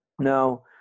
Now